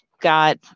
got